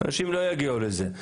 אנשים לא יגיעו לזה.